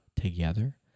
together